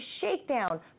shakedown